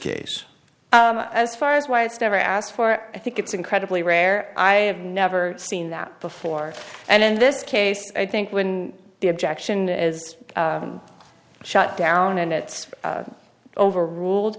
case as far as why it's never asked for i think it's incredibly rare i have never seen that before and in this case i think when the objection is shut down and it's overruled